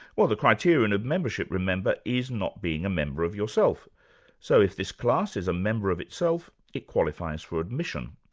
well the criterion of membership remember is not being a member of yourself so if this class is a member of itself it qualifies for admission.